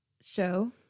show